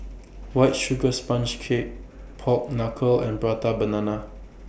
White Sugar Sponge Cake Pork Knuckle and Prata Banana